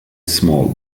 small